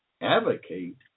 advocate